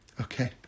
Okay